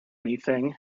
anything